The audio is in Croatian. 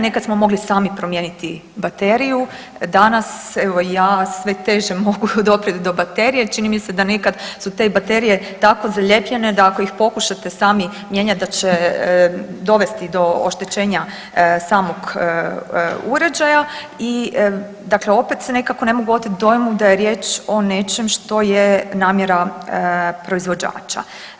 Nekad smo mogli sami promijeniti bateriju, danas evo ja mogu sve teže mogu doprijet do baterije, čini mi se da nekad te baterije tako zalijepljene da ako ih pokušate sami mijenjati da će dovesti do oštećenja samog uređaja i dakle opet se nekako ne mogu oteti dojmu da je riječ o nečem što je namjera proizvođača.